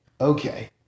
okay